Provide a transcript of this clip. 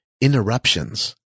interruptions